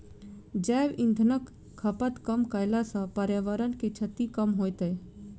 जैव इंधनक खपत कम कयला सॅ पर्यावरण के क्षति कम होयत